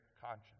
conscience